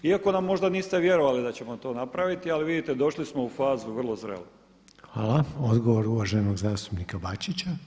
Iako nam možda niste vjerovali da ćemo to napravili ali vidite došli smo u fazu vrlo zrelu.